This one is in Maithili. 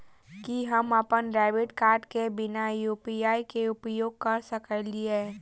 की हम अप्पन डेबिट कार्ड केँ बिना यु.पी.आई केँ उपयोग करऽ सकलिये?